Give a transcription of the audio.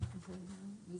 היומי